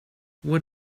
what